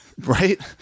right